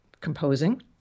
composing